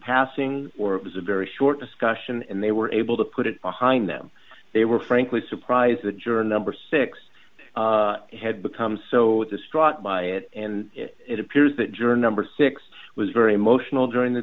passing or it was a very short discussion and they were able to put it behind them they were frankly surprised the juror number six had become so distraught by it and it appears that journey six was very emotional during the